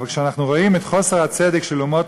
אבל כשאנחנו רואים את חוסר הצדק של אומות